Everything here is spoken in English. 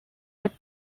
with